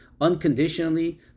unconditionally